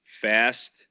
fast